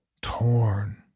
torn